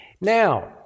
Now